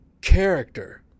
character